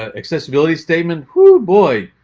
ah accessibility statement. who boy,